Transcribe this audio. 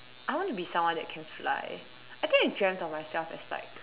I want to be someone that can fly I think I dreamt of myself as like